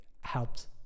helped